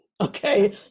Okay